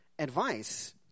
Advice